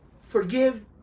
forgive